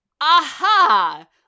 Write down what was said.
aha